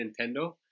nintendo